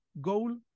goal